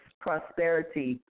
prosperity